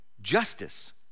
justice